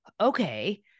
okay